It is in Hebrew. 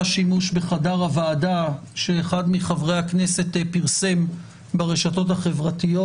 שימוש בחדר הוועדה שאחד מחברי הכנסת פרסם ברשתות החברתיות.